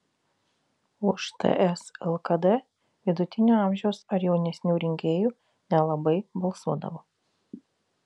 už ts lkd vidutinio amžiaus ar jaunesnių rinkėjų nelabai balsuodavo